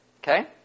okay